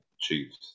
Chiefs